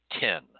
ten